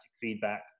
feedback